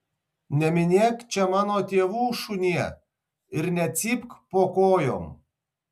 neminėk čia mano tėvų šunie ir necypk po kojom